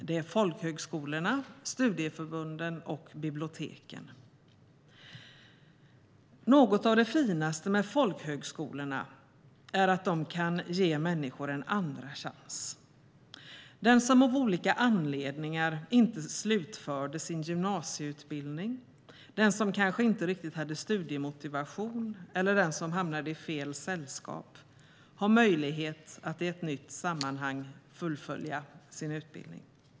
Det är folkhögskolorna, studieförbunden och biblioteken. Något av det finaste med folkhögskolorna är att de kan ge människor en andra chans. Den som av olika anledningar inte slutförde sin gymnasieutbildning, som kanske inte riktigt hade studiemotivation eller kom i fel sällskap, har möjlighet att i ett nytt sammanhang fullfölja sin utbildning.